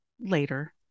later